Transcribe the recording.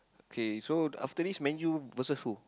K so after this Man-U versus who